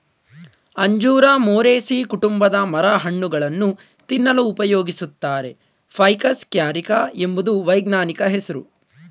ಅಂಜೂರ ಮೊರೇಸೀ ಕುಟುಂಬದ ಮರ ಹಣ್ಣುಗಳನ್ನು ತಿನ್ನಲು ಉಪಯೋಗಿಸುತ್ತಾರೆ ಫೈಕಸ್ ಕ್ಯಾರಿಕ ಎಂಬುದು ವೈಜ್ಞಾನಿಕ ಹೆಸ್ರು